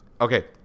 Okay